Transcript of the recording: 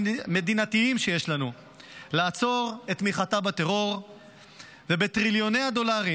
המדינתיים שיש לנו כדי לעצור את תמיכתה בטרור ואת טריליוני הדולרים